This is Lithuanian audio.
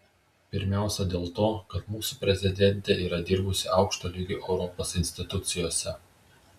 pirmiausiai dėl to kad mūsų prezidentė yra dirbusi aukšto lygio europos institucijose